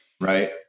Right